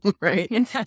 right